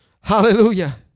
Hallelujah